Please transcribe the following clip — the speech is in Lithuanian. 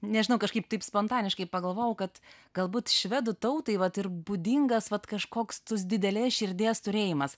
nežinau kažkaip taip spontaniškai pagalvojau kad galbūt švedų tautai vat ir būdingas vat kažkoks tos didelės širdies turėjimas